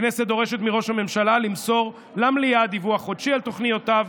הכנסת דורשת מראש הממשלה למסור למליאה דיווח חודשי על תוכניותיו,